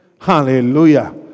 Hallelujah